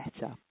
better